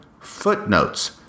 footnotes